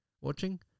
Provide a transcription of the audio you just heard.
watching